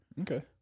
Okay